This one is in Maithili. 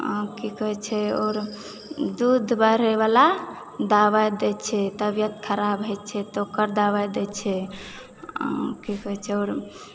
आब की कहै छै और दूध बढ़ैवला दबाइ दै छै तबियत खराब होइ छै तऽ ओकर दबाइ दै छै की कहै छै आओर